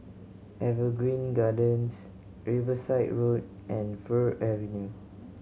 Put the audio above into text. Evergreen Gardens Riverside Road and Fir Avenue